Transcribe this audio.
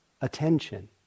attention